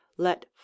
let